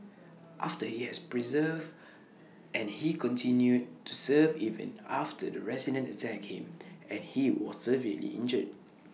after he has persevered and he continued to serve even after the resident attacked him and he was severely injured